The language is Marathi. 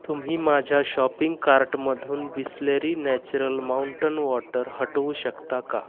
तुम्ही माझ्या शॉपिंग कार्टमधून बिसलेरी नॅचरल माउंटन वॉटर हटवू शकता का